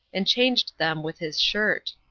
and changed them with his shirt.